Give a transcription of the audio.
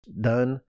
done